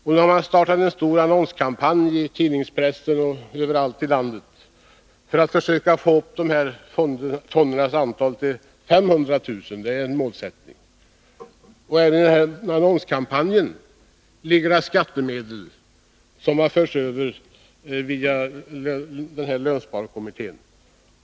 Man har startat en stor annonskampanj i tidningspressen överallt i landet för att försöka öka antalet konton till 500 000— det är en målsättning. Även i den annonskampanjen ligger det skattemedel, som har förts över via lönesparkommittén.